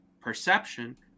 perception